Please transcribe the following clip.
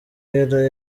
yari